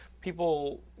People